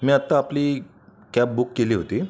मी आता आपली cab book केली होती